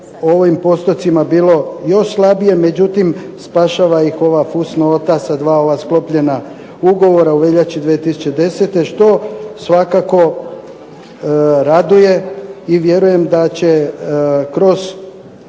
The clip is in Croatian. ovim postocima bilo još slabije, međutim spašava ih ova fusnota sa dva ova sklopljena ugovora u veljači 2010. što svakako raduje i vjerujem da će kroz